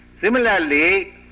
Similarly